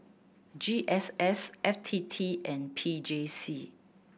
G S S F T T and P J C